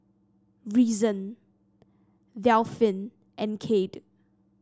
Reason Delphin and Kade